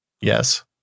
Yes